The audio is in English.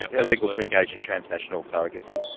ah illegal to engage in transnational surrogacy.